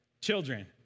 children